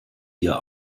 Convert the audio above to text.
hier